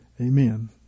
Amen